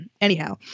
Anyhow